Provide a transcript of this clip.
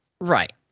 Right